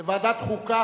לוועדת חוקה,